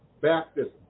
Baptist